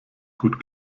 gut